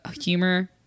Humor